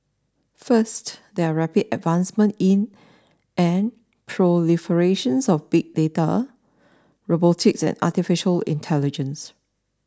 first there are rapid advancements in and proliferation of big data robotics and Artificial Intelligence